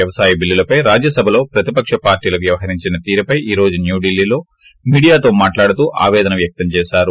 వ్యవసాయ బిల్లులపై రాజ్వసభలో ప్రతిపక్ష పార్వీలు వ్యవహరించినే తీరుపై ఈ రోజు న్యూదీల్లో మీడియాతో మాట్లాడుతూ ఆవేదన ష్యక్తం చేసారు